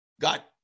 got